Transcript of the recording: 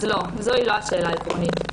אז לא, זוהי לא השאלה העקרונית.